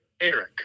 Eric